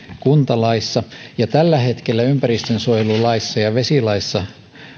kuntalaissa ja tällä hetkellä ympäristönsuojelulaissa ja vesilaissa